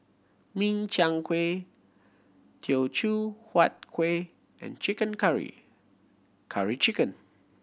Min Chiang Kueh Teochew Huat Kuih and chicken curry Curry Chicken